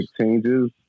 changes